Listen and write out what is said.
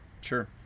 sure